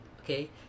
okay